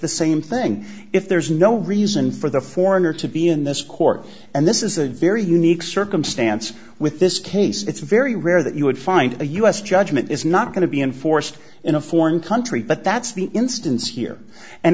the same thing if there's no reason for the foreigner to be in this court and this is a very unique circumstance with this case it's very rare that you would find a u s judgment is not going to be enforced in a foreign country but that's the instance here and